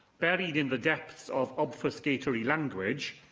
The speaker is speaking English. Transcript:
buried in the depths of obfuscatory language,